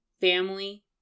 family